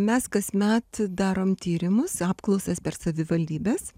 mes kasmet darom tyrimus apklausas per savivaldybes